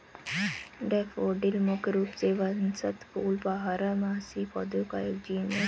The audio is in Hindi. डैफ़ोडिल मुख्य रूप से वसंत फूल बारहमासी पौधों का एक जीनस है